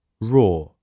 raw